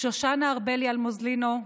שושנה ארבלי אלמוזלינו,